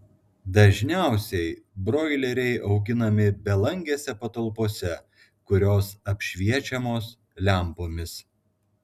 dažniausiai broileriai auginami belangėse patalpose kurios apšviečiamos lempomis